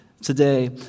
today